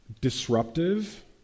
disruptive